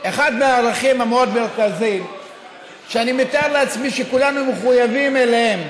אחד מהערכים המאוד-מרכזיים שאני מתאר לעצמי שכולנו מחויבים אליהם,